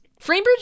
Framebridge